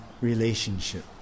relationship